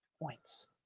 points